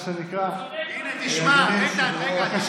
בבקשה.